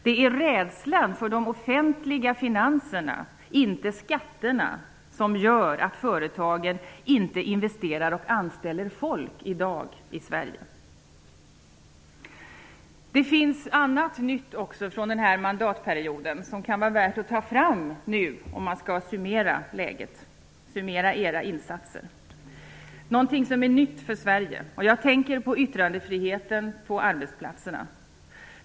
Det är rädslan för de offentliga finanserna, inte skatterna, som gör att företagen inte investerar och anställer folk i dag i Det finns även annat som är nytt från den här mandatperioden, som det kan vara värt att ta fram nu om man skall summera era insatser. Det finns något som är nytt för Sverige. Jag tänker på yttrandefriheten på arbetsplatserna.